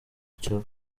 cyo